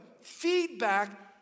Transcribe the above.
feedback